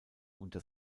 unter